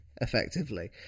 effectively